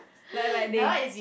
like like they